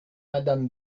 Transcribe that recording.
madame